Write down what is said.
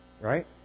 right